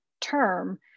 term